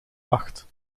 acht